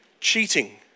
cheating